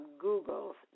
Google's